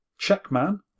Checkman